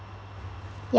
ya